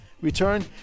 return